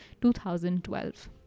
2012